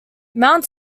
mount